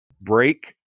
break